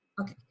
Okay